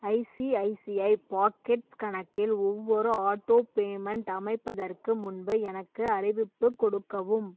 ICICI pockets கணக்கில் ஒவ்வொரு auto payment அமைப்பதற்கு முன்பு எனக்கு அறிவிப்புக் கொடுக்கவும்